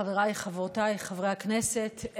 חבריי וחברותיי חברי הכנסת,